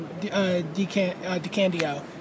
DeCandio